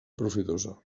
profitosa